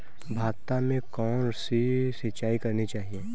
भाता में कौन सी सिंचाई करनी चाहिये?